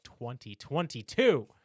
2022